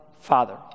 Father